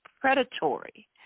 predatory